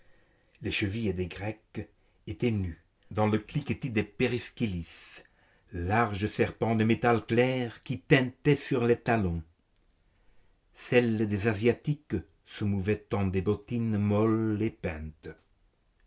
les chevilles des grecques étaient nues dans le cliquetis des periscelis larges serpents de métal clair qui tintaient sur les talons celles des asiatiques se mouvaient en des bottines molles et peintes